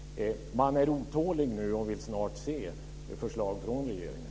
Man är otålig nu och vill snart se förslag från regeringen.